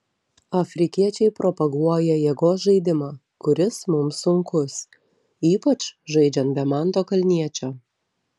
afrikiečiai propaguoja jėgos žaidimą kuris mums sunkus ypač žaidžiant be manto kalniečio